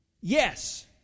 Yes